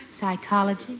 Psychology